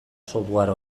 software